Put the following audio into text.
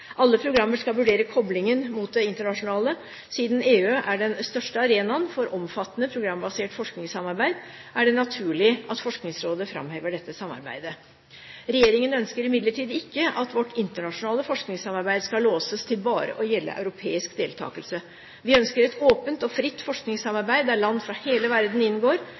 Alle programmer skal vurdere koblingen mot det internasjonale. Siden EU er den største arenaen for omfattende programbasert forskningssamarbeid, er det naturlig at Forskningsrådet framhever dette samarbeidet. Regjeringen ønsker imidlertid ikke at vårt internasjonale forskningssamarbeid skal låses til bare å gjelde europeisk deltagelse. Vi ønsker et åpent og fritt forskningssamarbeid der land fra hele verden inngår.